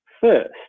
first